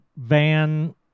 van